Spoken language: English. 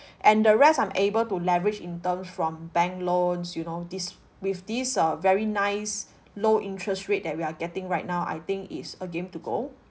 and the rest I'm able to leverage in terms from bank loans you know these with these uh very nice low interest rate that we are getting right now I think it's a game to go